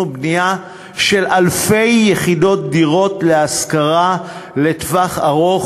ובנייה של אלפי יחידות דירות להשכרה לטווח ארוך,